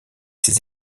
ses